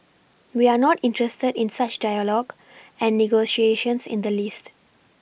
we are not interested in such dialogue and negotiations in the least